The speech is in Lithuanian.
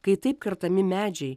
kai taip kertami medžiai